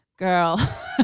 Girl